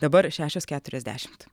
dabar šešios keturiasdešimt